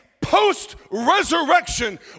post-resurrection